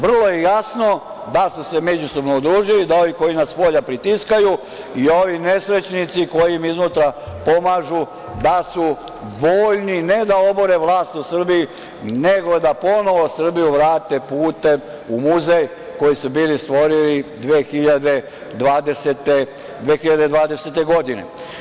Vrlo je jasno da su se međusobno udružili, da ovi koji nas spolja pritiskaju i ovi nesrećnici koji im iznutra pomažu, da su voljni, ne da obore vlast u Srbiji, nego da ponovo Srbiju vrate putem u muzej koji su bili stvorili 2020. godine.